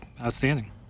outstanding